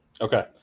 Okay